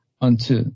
unto